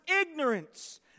ignorance